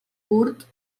curt